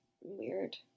weird